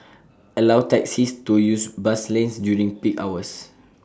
allow taxis to use bus lanes during peak hours